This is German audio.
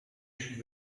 hätten